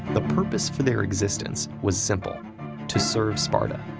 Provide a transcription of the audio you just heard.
the purpose for their existence was simple to serve sparta.